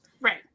right